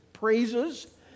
praises